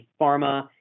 pharma